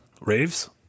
Raves